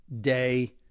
day